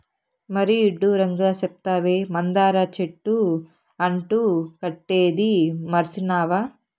మరీ ఇడ్డూరంగా సెప్తావే, మందార చెట్టు అంటు కట్టేదీ మర్సినావా